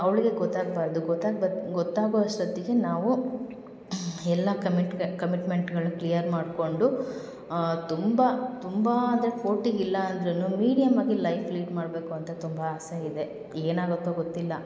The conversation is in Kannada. ಅವಳಿಗೆ ಗೊತ್ತಾಗಬಾರ್ದು ಗೊತ್ತಾಗ್ಬ ಗೊತ್ತಾಗೋ ಅಷ್ಟೊತ್ತಿಗೆ ನಾವು ಎಲ್ಲ ಕಮಿಟ್ಗ ಕಮಿಟ್ಮೆಂಟ್ಗಳು ಕ್ಲಿಯರ್ ಮಾಡಿಕೊಂಡು ತುಂಬ ತುಂಬ ಅಂದರೆ ಕೋಟಿಗೆ ಇಲ್ಲ ಅಂದ್ರೂ ಮೀಡಿಯಮ್ ಆಗಿ ಲೈಫ್ ಲೀಡ್ ಮಾಡಬೇಕು ಅಂತ ತುಂಬ ಆಸೆ ಇದೆ ಏನಾಗುತ್ತೋ ಗೊತ್ತಿಲ್ಲ